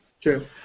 True